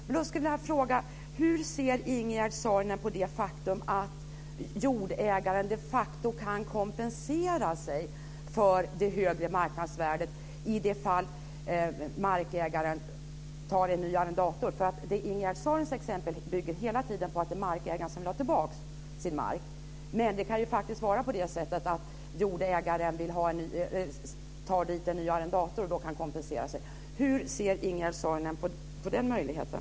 Men jag skulle vilja fråga: Hur ser Ingegerd Saarinen på det faktum att jordägaren de facto kan kompensera sig för det högre marknadsvärdet i det fall markägaren tar en ny arrendator? Ingegerd Saarinens exempel bygger hela tiden på att det är markägaren som vill ha tillbaka sin mark. Men det kan ju faktiskt vara på det sättet att jordägaren tar dit en ny arrendator och då kan kompensera sig. Hur ser Ingegerd Saarinen på den möjligheten?